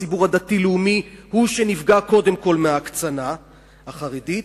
הציבור הדתי-לאומי הוא שנפגע קודם כול מההקצנה החרדית.